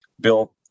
bill